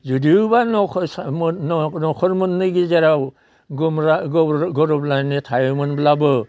जुदियोब्ला न'खर न'खर मोननै गेजेराव गोरोबलायनाय थायोमोनब्लाबो